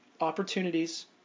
opportunities